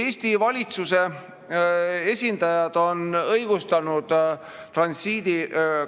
Eesti valitsuse esindajad on transiidi